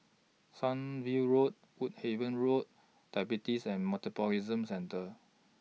Sunview Road Woodhaven Road Diabetes and Metabolism Centre